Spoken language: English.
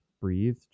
breathe